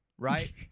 right